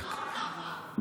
למה ככה?